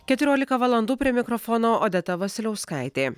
keturiolika valandų prie mikrofono odeta vasiliauskaitė